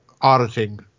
auditing